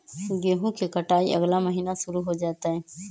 गेहूं के कटाई अगला महीना शुरू हो जयतय